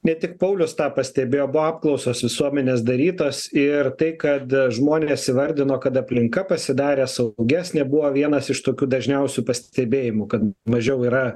ne tik paulius tą pastebėjo buvo apklausos visuomenės darytos ir tai kad žmonės įvardino kad aplinka pasidarė saugesnė buvo vienas iš tokių dažniausių pastebėjimų kad mažiau yra